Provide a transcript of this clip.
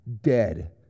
dead